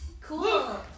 Cool